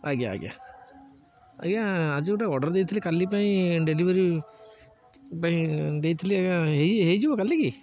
ଆଜ୍ଞା ଆଜ୍ଞା ଆଜ୍ଞା ଆଜି ଗୋଟେ ଅର୍ଡ଼ର ଦେଇଥିଲି କାଲି ପାଇଁ ଡେଲିଭରି ପାଇଁ ଦେଇଥିଲି ଆଜ୍ଞା ହେଇ ହେଇଯିବ କାଲି କି